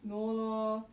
no lor